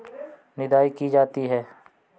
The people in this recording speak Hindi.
निदाई की जाती है?